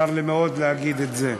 צר לי מאוד להגיד את זה.